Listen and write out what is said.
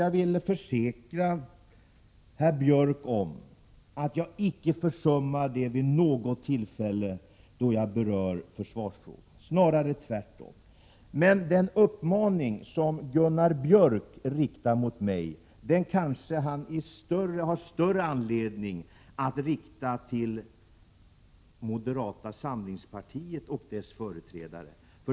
Jag kan försäkra herr Björk att jag icke försummar detta vid något tillfälle då jag berör försvarsfrågan, snarare tvärtom. Men den uppmaning som Gunnar Björk riktar mot mig kanske han har större anledning att rikta mot moderata samlingspartiet och dess företrädare.